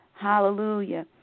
Hallelujah